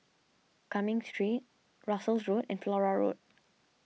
Cumming Street Russels Road and Flora Road